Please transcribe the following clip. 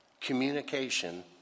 communication